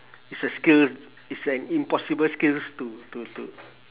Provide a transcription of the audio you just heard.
is a skills is an impossible skills to to to